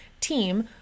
team